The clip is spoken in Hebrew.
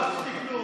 לא עשיתי כלום.